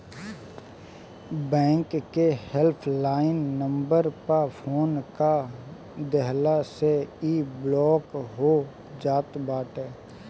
bank के help line number पअ phone कअ देहला से इ ब्लाक हो जात बाटे